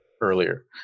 earlier